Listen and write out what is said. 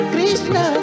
Krishna